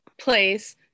place